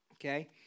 Okay